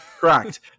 Correct